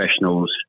professionals